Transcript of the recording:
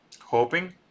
hoping